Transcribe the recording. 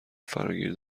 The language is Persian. فراگیر